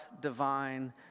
divine